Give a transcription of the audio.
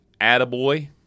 attaboy